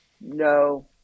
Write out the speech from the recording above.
no